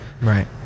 Right